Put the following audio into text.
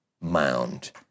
mound